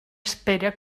espere